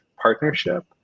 partnership